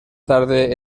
tarde